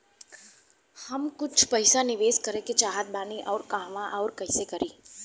हम कुछ पइसा निवेश करे के चाहत बानी और कहाँअउर कइसे करी?